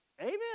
Amen